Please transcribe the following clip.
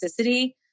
toxicity